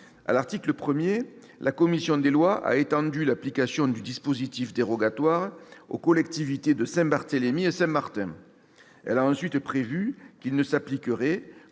À l'article 1, la commission des lois a étendu l'application du dispositif dérogatoire aux collectivités de Saint-Barthélemy et Saint-Martin. Elle a ensuite prévu qu'il ne s'appliquerait